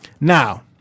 Now